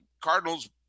Cardinals